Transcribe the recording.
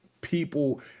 People